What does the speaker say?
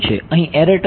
અહીં error term શું છે